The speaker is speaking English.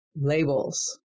Labels